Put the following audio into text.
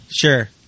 sure